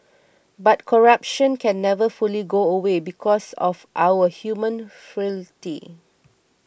but corruption can never fully go away because of our human frailty